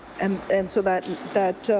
and and so that that